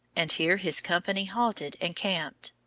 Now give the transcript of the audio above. and here his company halted and camped.